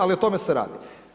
Ali o tome se radi.